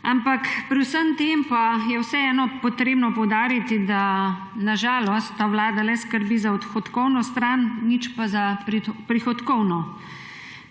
Ampak pri vsem tem je vseeno potrebno poudariti, da na žalost ta vlada skrbi le za odhodkovno stran, nič pa za prihodkovno.